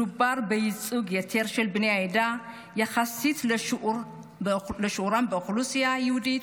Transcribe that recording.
מדובר בייצוג יתר של בני העדה יחסית לשיעורם באוכלוסייה היהודית,